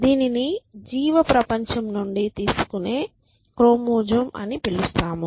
దీనిని జీవ ప్రపంచం నుండి తీసుకునే క్రోమోజోమ్అని పిలుస్తాము